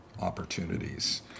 opportunities